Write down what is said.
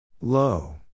Low